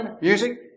music